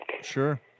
Sure